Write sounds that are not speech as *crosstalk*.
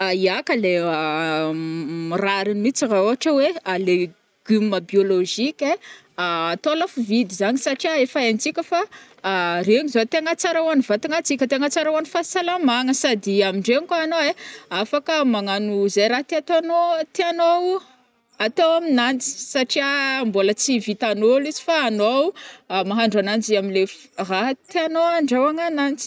Ya ka lai *hesitation* rarigny mintsy ra ôhatra oe *hesitation* lé *hesitation* gume biologique ein, *hesitation* atao lafo vidy zagny satria efa haintsika fa *hesitation* regny zao tegna tsara ho an'ny vatagnantsika tena tsara ho an'ny fahasalamagna sady amdregny koa anô ai afaka magnano zay ra tia ataonao *hesitation* tiagnao atao amnanjy satria mbola tsy vitan'olo izy fa anô mahandro ananjy amle f *hesitation* ra tianô andrahôgna ananjy.